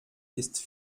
ist